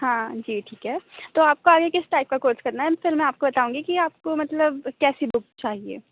हाँ जी ठीक है तो आपको आगे किस टाइप का कोर्स करना है फिर मैं आपको बताऊँगी कि आपको मतलब कैसी बुक चाहिए